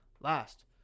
last